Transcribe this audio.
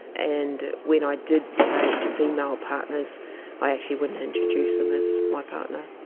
and when i did take female partners i actually wouldn't introduce them as my partner.